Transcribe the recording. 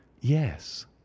yes